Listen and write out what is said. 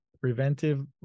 preventive